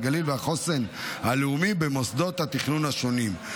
הגליל והחוסן הלאומי במוסדות התכנון השונים.